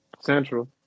Central